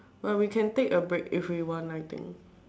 but we can take a break if we want I think